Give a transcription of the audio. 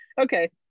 okay